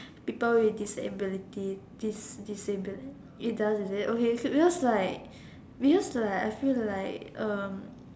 people with disabilities dis~ disability it does is it okay because like because like I feel like